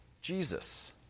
Jesus